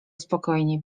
spokojnie